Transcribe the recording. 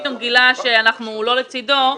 פתאום גילה שאנחנו לא לצדו,